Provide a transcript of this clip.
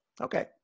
Okay